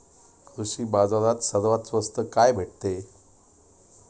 कृषी बाजारात सर्वात स्वस्त काय भेटते?